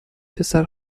پسر